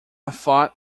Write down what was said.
thought